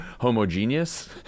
homogeneous